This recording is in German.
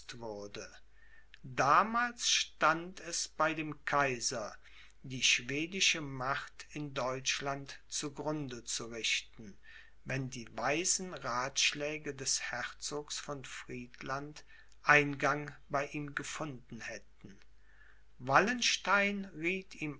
damals stand es bei dem kaiser die schwedische macht in deutschland zu grunde zu richten wenn die weisen rathschläge des herzogs von friedland eingang bei ihm gefunden hätten wallenstein rieth ihm